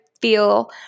feel